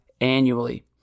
annually